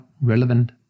relevant